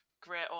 great